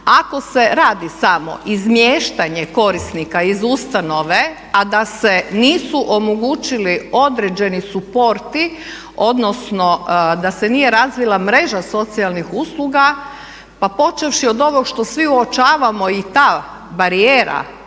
Ako se radi samo izmještanje korisnika iz ustanove a da se nisu omogućili određeni supporti odnosno da se nije razvila mreža socijalnih usluga a počevši od ovog što svi uočavamo i ta barijera